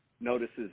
notices